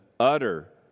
utter